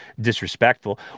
disrespectful